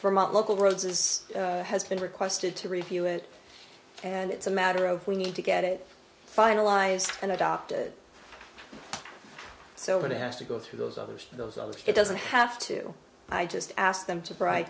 our local roads as has been requested to review it and it's a matter of we need to get it finalized and adopted so it has to go through those others those others it doesn't have to i just ask them to pry